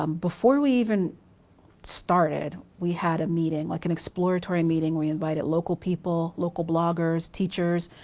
um before we even started we had a meeting, like an exploratory meeting. we invited local people, local bloggers, teachers.